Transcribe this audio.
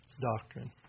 doctrine